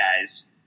guys